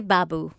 Babu